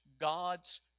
God's